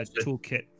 toolkit